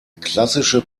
klassische